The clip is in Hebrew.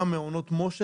גם מעונות מש"ה,